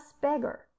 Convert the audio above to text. beggar